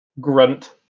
Grunt